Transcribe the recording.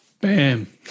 Bam